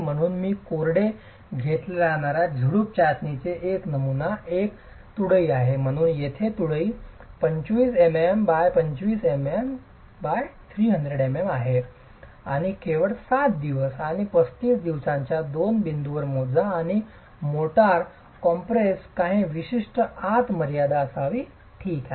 म्हणून मी कोरडे घेतल्या जाणार्या झुडूप चाचणीचे नमुना एक तुळई आहे म्हणून येथे तुळई 25 mm x 25 mm x 300 mm आहे आणि वेळ 7 दिवस आणि 35 दिवसांच्या दोन बिंदूंवर मोजा आणि मोर्टार कॉम्प्रेस काही विशिष्ट आत असावे मर्यादा ठीक आहे